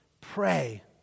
pray